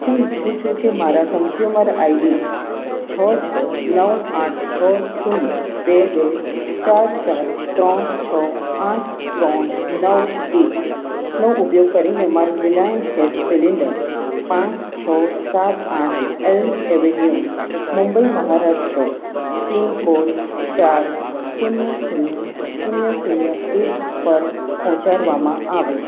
હું ઈચ્છું છું કે મારા કન્ઝ્યુમર આઈડી છ છ નવ આઠ છ શૂન્ય બે બે ચાર ચાર ત્રણ છ આઠ ત્રણ નવ એક નો ઉપયોગ કરીને મારું રિલાયન્સ ગેસ સિલિન્ડર પાંચ છ સાત આઠ Elm Avenue Mumbai Maharashtra pin code ચાર શૂન્ય શૂન્ય શૂન્ય શૂન્ય એક પર પહોંચાડવામાં આવે